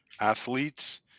athletes